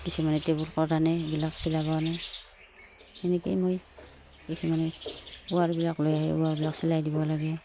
কিছুমানে টেবুলক্লথ আনে এইবিলাক চিলাব আনে সেনেকৈয়ে মই কিছুমানে ওৱাৰবিলাক লৈ আহে ওৱাৰবিলাক চিলাই দিব লাগে